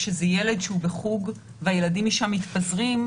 כשהילד בחוג והילדים משם מתפזרים,